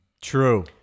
True